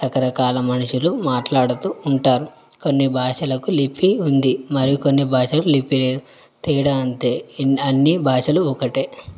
రకరకాల మనుషులు మాట్లాడుతూ ఉంటారు కొన్ని భాషలకు లిపి ఉంది మరి కొన్ని భాషలకు లిపి లేదు తేడా అంతే ఎన్ అన్నీ భాషలు ఒకటే